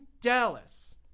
Dallas